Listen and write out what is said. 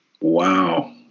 Wow